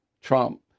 Trump